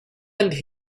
and